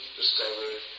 discovered